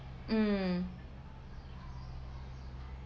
um